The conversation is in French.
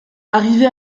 arrivé